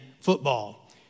football